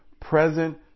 present